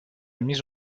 mise